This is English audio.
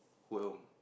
who at home